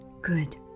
good